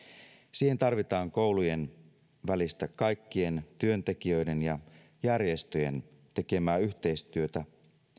siihen tarvitaan koulujen välistä kaikkien työntekijöiden ja järjestöjen tekemää yhteistyötä